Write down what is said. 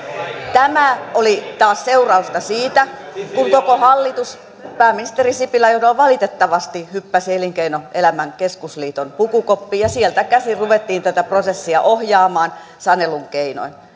tämä oli taas seurausta siitä kun koko hallitus pääministeri sipilän johdolla valitettavasti hyppäsi elinkeinoelämän keskusliiton pukukoppiin ja sieltä käsin ruvettiin tätä prosessia ohjaamaan sanelun keinoin